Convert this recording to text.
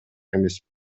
эмесмин